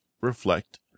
reflect